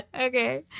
Okay